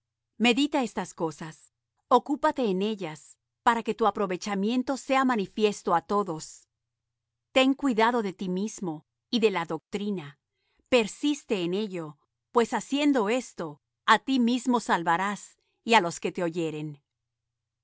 medita estas cosas ocúpate en ellas para que tu aprovechamiento sea manifiesto á todos ten cuidado de ti mismo y de la doctrina persiste en ello pues haciendo esto á ti mismo salvarás y á los que te oyeren